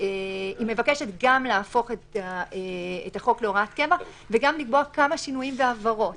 היא מבקשת להפוך את החוק להוראת קבע וגם לקבוע כמה שינויים והבהרות.